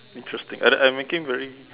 interesting I'm I'm making very